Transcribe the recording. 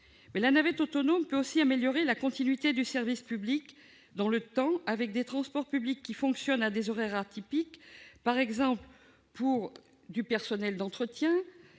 la navette autonome peut aussi améliorer la continuité du service public dans le temps, avec des transports publics qui fonctionnent à des horaires atypiques, par exemple pour du personnel d'entretien